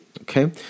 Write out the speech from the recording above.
Okay